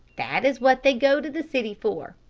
that is what they go to the city for.